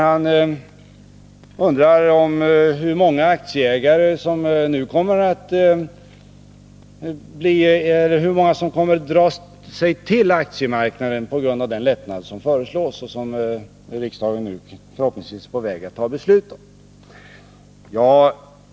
Han undrar hur många som nu kommer att dras till aktiemarknaden på grund av den lättnad i beskattningen som föreslås och som riksdagen förhoppningsvis nu är på väg att besluta.